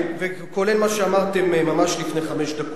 וכולל מה שאמרתם ממש לפני חמש דקות.